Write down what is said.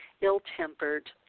ill-tempered